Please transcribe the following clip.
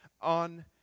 on